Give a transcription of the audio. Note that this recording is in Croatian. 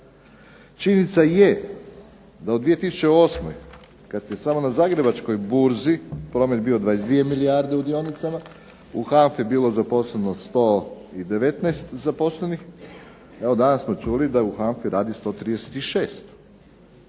činjenica je da u 2008. kada je samo na Zagrebačkog burzi promet bio 22 milijarde u dionicama u HANFA-i bilo zaposleno 119 zaposlenih. Evo danas smo čuli da u HANFA-i radi 136.